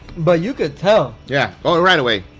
but you could tell. yeah oh right away.